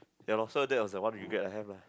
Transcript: ya lor so that was the one regret I have lah